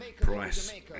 Price